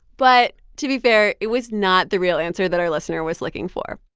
but to be fair, it was not the real answer that our listener was looking for.